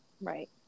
right